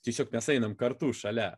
tiesiog mes einame kartu šalia